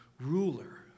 ruler